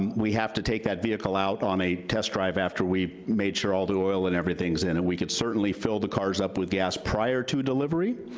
we have to take that vehicle out on a test drive after we made sure all the oil and everything is in it. we could certainly fill the cars up with gas prior to delivery,